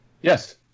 Yes